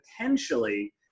potentially